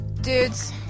Dudes